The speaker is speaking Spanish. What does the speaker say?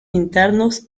internos